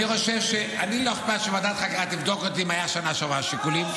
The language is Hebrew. לי לא אכפת שוועדת חקירה תבדוק אותי אם היה בשנה שעברה שיקולים.